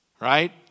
Right